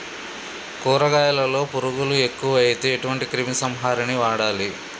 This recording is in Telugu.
కూరగాయలలో పురుగులు ఎక్కువైతే ఎటువంటి క్రిమి సంహారిణి వాడాలి?